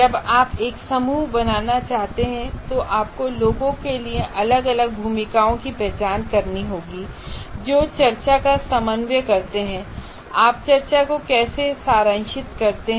जब आप एक समूह बनाना चाहते हैं तो आपको लोगों के लिए अलग अलग भूमिकाओं की पहचान करनी होगी जो चर्चा का समन्वय करते हैं और आप चर्चा को कैसे सारांशित करते हैं